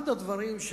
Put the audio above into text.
אחד הדברים,